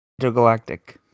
Intergalactic